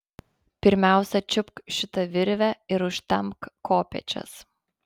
pirmiausia čiupk šitą virvę ir užtempk kopėčias